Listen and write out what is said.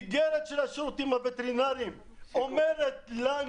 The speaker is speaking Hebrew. איגרת של השירותים הווטרינריים אומרת לנו